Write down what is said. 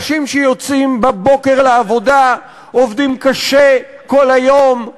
אנשים שיוצאים בבוקר לעבודה, עובדים קשה כל היום,